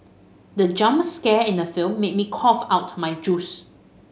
the jump scare in the film made me cough out my juice